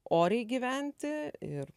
oriai gyventi ir